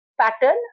pattern